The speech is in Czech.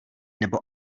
nebo